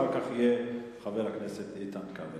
אחר כך יהיה חבר הכנסת איתן כבל.